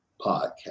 podcast